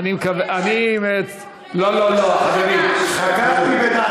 לא, לא, עבר, אבל גם הם האריכו.